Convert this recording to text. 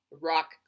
Rock